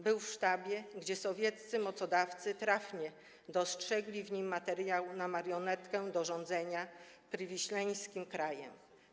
Był w sztabie, gdzie sowieccy mocodawcy trafnie dostrzegli w nim materiał na marionetkę do rządzenia Priwislanskim Krajem.